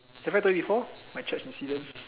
have I told you before my church incident